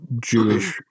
Jewish